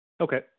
Okay